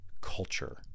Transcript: culture